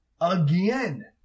again